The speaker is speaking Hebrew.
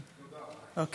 אני